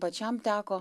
pačiam teko